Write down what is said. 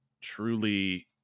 truly